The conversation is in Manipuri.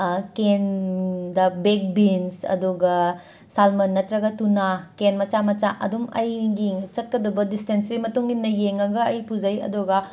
ꯀꯦꯟꯗ ꯕꯤꯒ ꯕꯤꯟꯁ ꯑꯗꯨꯒ ꯁꯥꯜꯃꯟ ꯅꯠꯇ꯭ꯔꯒ ꯇꯨꯅꯥ ꯀꯦꯟ ꯃꯆꯥ ꯃꯆꯥ ꯑꯗꯨꯝ ꯑꯩꯒꯤ ꯆꯠꯀꯗꯕ ꯗꯤꯁꯇꯦꯟꯁꯀꯤ ꯃꯇꯨꯡ ꯏꯟꯅ ꯌꯦꯡꯉꯒ ꯑꯩ ꯄꯨꯖꯩ ꯑꯗꯨꯒ